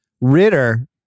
Ritter